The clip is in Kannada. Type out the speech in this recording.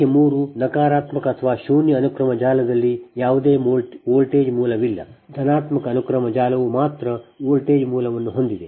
ಸಂಖ್ಯೆ 3 ನಕಾರಾತ್ಮಕ ಅಥವಾ ಶೂನ್ಯ ಅನುಕ್ರಮ ಜಾಲದಲ್ಲಿ ಯಾವುದೇ ವೋಲ್ಟೇಜ್ ಮೂಲವಿಲ್ಲ ಧನಾತ್ಮಕ ಅನುಕ್ರಮ ಜಾಲವು ಮಾತ್ರ ವೋಲ್ಟೇಜ್ ಮೂಲವನ್ನು ಹೊಂದಿದೆ